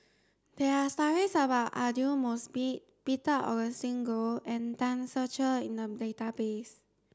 there are stories about Aidli Mosbit Peter Augustine Goh and Tan Ser Cher in the database